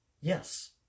Yes